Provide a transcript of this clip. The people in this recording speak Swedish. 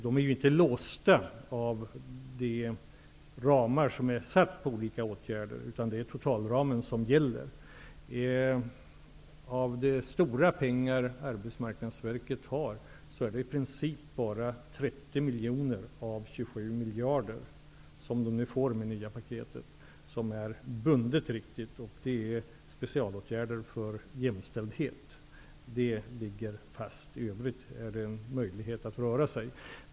De är inte låsta av de ramar som är satta på olika åtgärder, utan det är totalramen som gäller. Av de stora pengar som Arbetsmarknadsverket har är det i princip bara 30 miljoner av de 27 miljarder som man får genom det nya paketet som är bundna till specialåtgärder för jämställdhet. De ligger fast. I övrigt är det möjligt att röra sig.